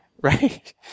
right